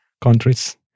countries